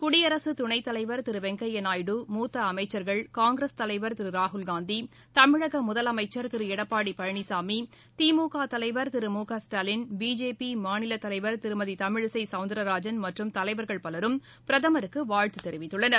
குடியரசு துணைத்தலைவர் திரு வெங்கையாநாயுடு மூத்த அமைச்சர்கள் காங்கிரஸ் தலைவர் திரு ராகுல்காந்தி தமிழக முதலமைச்சர் திரு எடப்பாடி பழனிசாமி திமுக தலைவர் திரு மு க ஸ்டாலின் பிஜேபி மாநில தலைவர் திருமதி தமிழிசை சௌந்தா்ராஜன் மற்றும் தலைவா்கள் பலரும் பிரதமருக்கு வாழ்த்து தெரிவித்துள்ளனர்